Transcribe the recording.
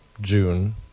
June